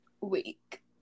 week